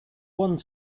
one